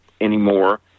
anymore